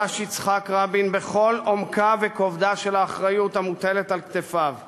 חש יצחק רבין בכל עומקה וכובדה של האחריות המוטלת על כתפיו לביטחונה,